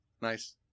Nice